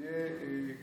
אני אענה לך.